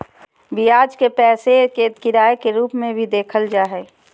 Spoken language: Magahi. ब्याज के पैसे के किराए के रूप में भी देखल जा हइ